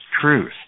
truth